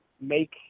make